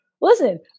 Listen